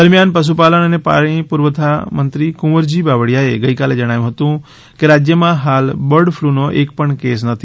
દરમ્યાન પશુપાલન અને પાણી પુરવઠામંત્રી કુંવરજી બાવળીઆએ ગઈકાલે જણાવ્યું હતું કે રાજયમાં હાલ બર્ડ ફલૂનો એકપણ કેસ નથી